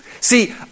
See